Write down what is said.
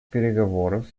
переговоров